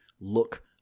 look